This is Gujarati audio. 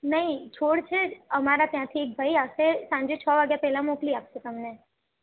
નહીં છોડ છે જ અમારા ત્યાંથી એક ભાઈ આવશે સાંજે છ વાગ્યા પહેલાં મોકલી આપશે તમને